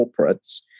corporates